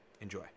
Enjoy